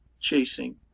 chasing